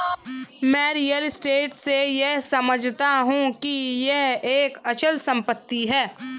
मैं real estate से यह समझता हूं कि यह एक अचल संपत्ति है